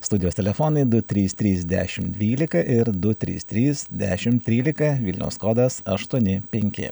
studijos telefonai du trys trys dešim dvylika ir du trys trys dešim trylika vilniaus kodas aštuoni penki